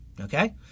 Okay